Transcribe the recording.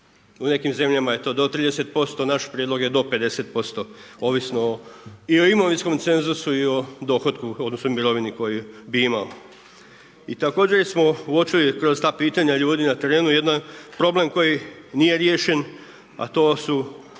U nekim zemljama je to do 30%. Naš prijedlog je do 50% ovisno i o imovinskom cenzusu i o dohotku odnosno mirovini koju bi imao. I također smo uočili kroz ta pitanja ljudi na terenu jedan problem koji nije riješen, a to su